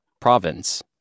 province